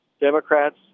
Democrats